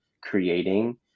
creating